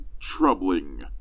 troubling